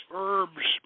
herbs